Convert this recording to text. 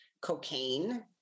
cocaine